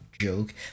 Joke